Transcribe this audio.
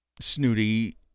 snooty